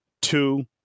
two